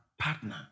partner